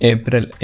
April